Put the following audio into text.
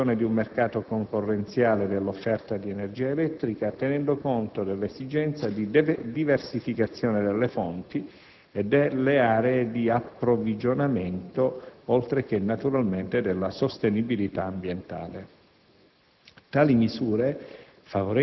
Ancora, è prevista la promozione di un mercato concorrenziale dell'offerta di energia elettrica tenendo conto dell'esigenza di diversificazione delle fonti e delle aree di approvvigionamento oltre che, naturalmente, della sostenibilità ambientale.